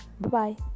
Bye-bye